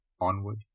onward